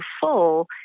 full